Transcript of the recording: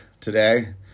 today